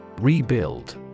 Rebuild